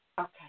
Okay